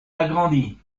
agrandie